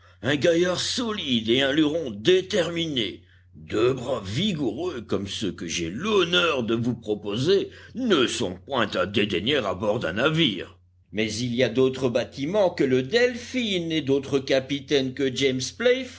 un gaillard solide et un luron déterminé deux bras vigoureux comme ceux que j'ai l'honneur de vous proposer ne sont point à dédaigner à bord d'un navire mais il y a d'autres bâtiments que le delphin et d'autres capitaines que james